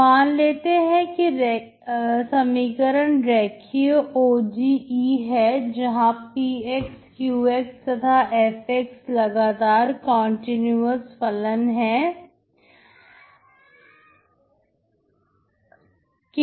मान लेते हैं कि समीकरण रेखीय ODE है जहा px qx तथा fx लगातार फलन है I के